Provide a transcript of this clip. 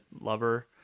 lover